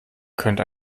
könnte